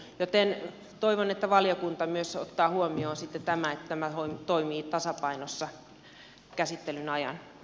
joten toivon että valiokunta myös ottaa huomioon sitten tämän että tämä toimii tasapainossa käsittelyn ajan